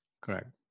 Correct